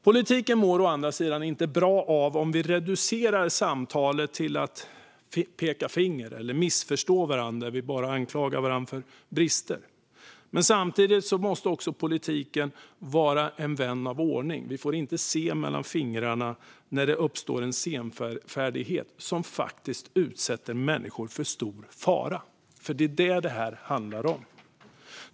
Politiken mår å andra sidan inte bra av att vi reducerar samtalet till att peka finger, missförstå varandra och anklaga varandra för brister. Samtidigt måste politiken vara en vän av ordning. Vi får inte se mellan fingrarna när det uppstår en senfärdighet som faktiskt utsätter människor för stor fara. Det är det som detta handlar om.